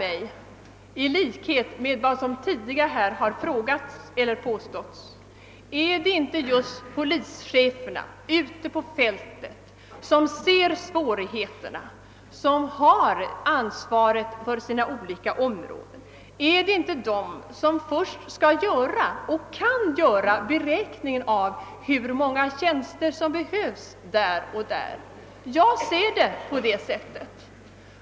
I likhet med vad som tidigare här har frågats eller påståtts vill jag fråga: Är det inte just polischeferna ute på fältet som ser svårigheterna och som har ansvaret för sina olika områden, som skall och kan göra beräkningen av hur många tjänster som behövs på de olika platserna? Jag ser frågan på det sättet.